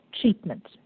treatment